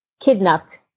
kidnapped